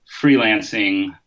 freelancing